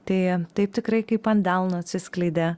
tai taip tikrai kaip ant delno atsiskleidė